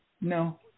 No